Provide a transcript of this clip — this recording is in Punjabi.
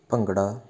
ਭੰਗੜਾ